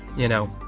you know,